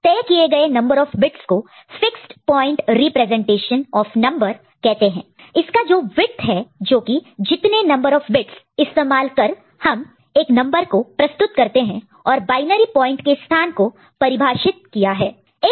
इस तय किए गए नंबर ऑफ बिट्स को fixed point representation of number कहते हैं इसका जो वीडत है जोकि जितने नंबर ऑफ बिट्स इस्तेमाल कर हम एक नंबर को प्रस्तुत रिप्रेजेंट represent करते हैं और बायनरी पॉइंट के स्थान पोजीशन position को परिभाषित डिफाइन define किया है